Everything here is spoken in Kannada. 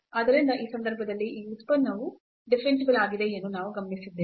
ಆದ್ದರಿಂದ ಈ ಸಂದರ್ಭದಲ್ಲಿ ಈ ಉತ್ಪನ್ನವು ಡಿಫರೆನ್ಸಿಬಲ್ ಆಗಿದೆ ಎಂದು ನಾವು ಗಮನಿಸಿದ್ದೇವೆ